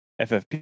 FFP